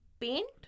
paint